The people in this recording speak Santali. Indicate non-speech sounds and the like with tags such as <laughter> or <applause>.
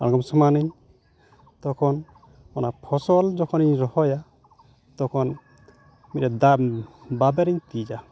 ᱟᱲᱜᱚᱢ ᱥᱚᱢᱟᱱᱟᱹᱧ ᱛᱚᱠᱷᱚᱱ ᱚᱱᱟ ᱯᱷᱚᱥᱚᱞ ᱡᱚᱠᱷᱚᱱᱤᱧ ᱨᱚᱦᱚᱭᱟ ᱛᱚᱠᱷᱚᱱ ᱢᱤᱫᱴᱮᱱ <unintelligible> ᱵᱟᱵᱮᱨᱤᱧ ᱛᱤᱡᱟ